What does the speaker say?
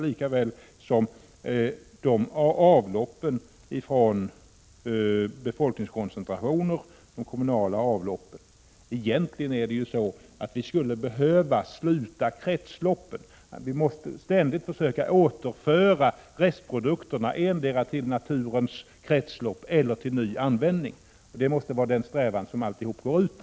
Det handlar också om avloppen från befolkningskoncentrationer och kommunala avlopp. Egentligen skulle vi behöva sluta kretsloppet. Vi måste försöka återföra restprodukterna endera till naturens kretslopp eller till ny användning. Det måste vara den strävan som alltihop går ut på.